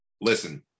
listen